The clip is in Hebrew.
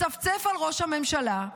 מצפצף על ראש הממשלה,